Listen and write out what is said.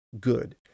good